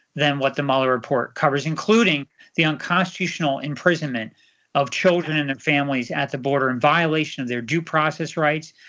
than what the mueller report covers, including the unconstitutional imprisonment of children and and families at the border, in and violation of their due process rights,